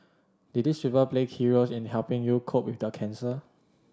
did these people play key roles in the helping you cope with the cancer